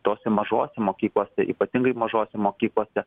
tose mažose mokyklose ypatingai mažose mokyklose